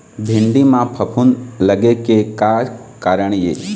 भिंडी म फफूंद लगे के का कारण ये?